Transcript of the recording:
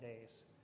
days